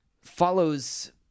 follows